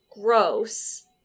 gross